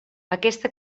aquesta